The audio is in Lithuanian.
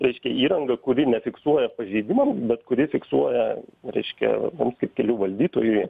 reiškia įranga kuri nefiksuoja pažeidimam bet kuri fiksuoja reiškia kaip kelių valdytojui